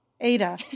Ada